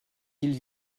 îles